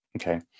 Okay